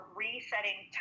resetting